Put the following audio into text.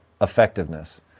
effectiveness